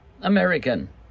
American